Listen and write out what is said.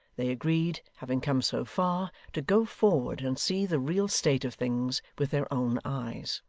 they agreed, having come so far, to go forward, and see the real state of things with their own eyes.